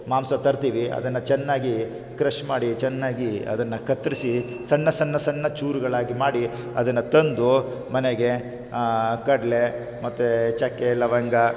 ಮಾಂಸ ತರ್ತೀವಿ ಅದನ್ನು ಚೆನ್ನಾಗಿ ಕ್ರಷ್ ಮಾಡಿ ಚೆನ್ನಾಗಿ ಅದನ್ನು ಕತ್ತರಿಸಿ ಸಣ್ಣ ಸಣ್ಣ ಸಣ್ಣ ಚೂರುಗಳಾಗಿ ಮಾಡಿ ಅದನ್ನು ತಂದು ಮನೆಗೆ ಕಡಲೆ ಮತ್ತು ಚಕ್ಕೆ ಲವಂಗ